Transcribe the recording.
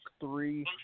three